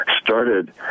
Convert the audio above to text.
started